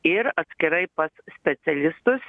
ir atskirai pas specialistus